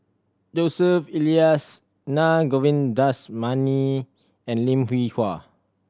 Joseph Elias Naa Govindasamy and Lim Hwee Hua